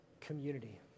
community